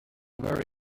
very